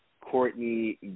Courtney